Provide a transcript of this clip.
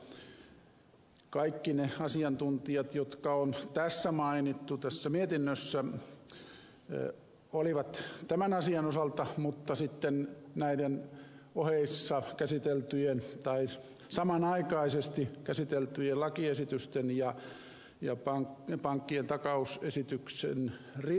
kaikki ne asiantuntijat jotka on tässä mietinnössä mainittu olivat kuultavina tämän asian osalta ja näiden samanaikaisesti käsiteltyjen lakiesitysten ja pankkien takausesityksen rinnalla tätä mietintöäkin laadittiin